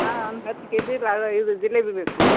ಹಾಂ ಒಂದು ಹತ್ತು ಕೆಜಿ ರಾವ ಇದು ಜಿಲೇಬಿ ಬೇಕು ರಿ